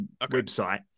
website